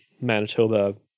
manitoba